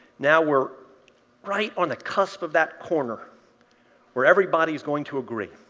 now we're right on the cusp of that corner where everybody's going to agree.